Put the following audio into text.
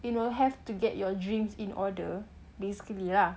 you know you have to get your dreams in order basically lah